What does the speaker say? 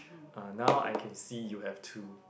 uh now I can see you have two